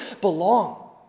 belong